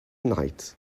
night